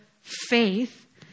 faith